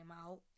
out